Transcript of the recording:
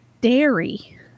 dairy